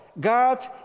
God